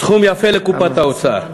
סכום יפה לקופת האוצר,